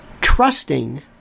trusting